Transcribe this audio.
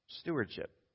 Stewardship